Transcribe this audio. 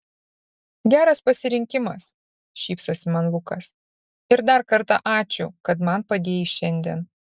geras pasirinkimas šypsosi man lukas ir dar kartą ačiū kad man padėjai šiandien